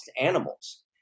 animals